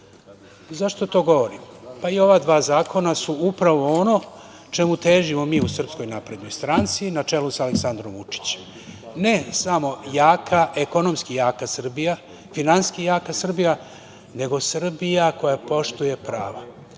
to govorim? Pa i ova dva zakona su upravo ono čemu težimo mi u SNS, na čelu sa Aleksandrom Vučićem, ne samo jaka, ekonomski jaka Srbija, finansijski jaka Srbija, nego Srbija koja poštuje prava.